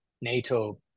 NATO